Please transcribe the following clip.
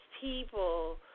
people